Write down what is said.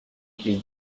ils